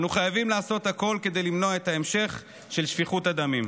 אנו חייבים לעשות הכול כדי למנוע את ההמשך של שפיכות הדמים.